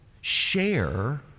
share